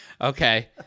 Okay